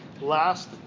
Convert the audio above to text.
last